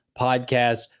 podcast